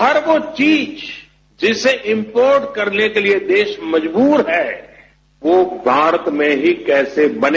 हर वो चीज जिसे इंपोर्ट करने के लिए देश मजबूर है वो भारत में ही कैसे बने